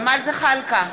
התנצלות עמוקה.